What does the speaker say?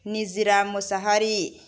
Nijora Mushahary